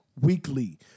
Weekly